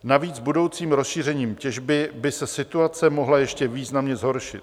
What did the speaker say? Navíc budoucím rozšířením těžby by se situace mohla ještě významně zhoršit.